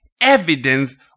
evidence